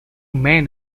men